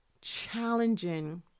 challenging